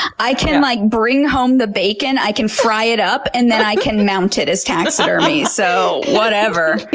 i can like bring home the bacon, i can fry it up, and then i can mount it as taxidermy. so, whatever.